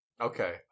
Okay